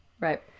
Right